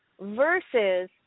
versus